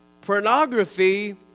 Pornography